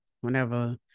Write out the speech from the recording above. whenever